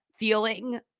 Feeling